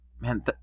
Man